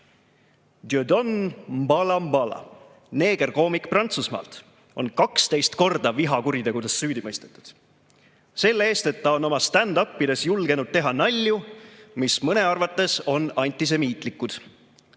Dieudonné M'Bala M'Bala, neegerkoomik Prantsusmaalt, on 12 korda vihakuritegudes süüdi mõistetud. Selle eest, et ta on omastand-up'ides julgenud teha nalju, mis mõne arvates on antisemiitlikud.